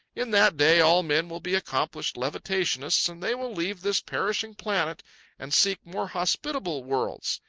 in that day all men will be accomplished levitationists, and they will leave this perishing planet and seek more hospitable worlds.